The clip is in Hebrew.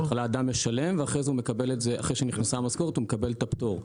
בהתחלה אדם משלם ואחרי שנכנסה המשכורת הוא מקבל את הפטור,